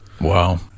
Wow